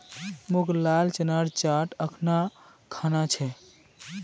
मोक लाल चनार चाट अखना खाना छ